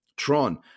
Tron